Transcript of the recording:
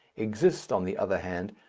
exist, on the other hand,